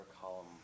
Column